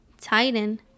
Titan